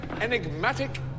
enigmatic